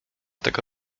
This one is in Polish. tego